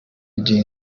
gihe